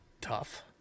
tough